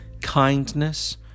kindness